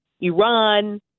Iran